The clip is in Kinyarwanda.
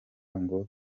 ngo